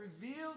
revealed